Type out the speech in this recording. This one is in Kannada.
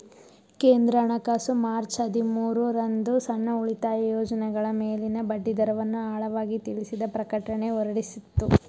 ಕೇಂದ್ರ ಹಣಕಾಸು ಮಾರ್ಚ್ ಹದಿಮೂರು ರಂದು ಸಣ್ಣ ಉಳಿತಾಯ ಯೋಜ್ನಗಳ ಮೇಲಿನ ಬಡ್ಡಿದರವನ್ನು ಆಳವಾಗಿ ತಿಳಿಸಿದ ಪ್ರಕಟಣೆ ಹೊರಡಿಸಿತ್ತು